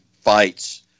fights